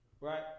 Right